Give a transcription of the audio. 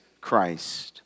Christ